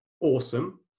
awesome